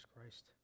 Christ